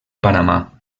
panamà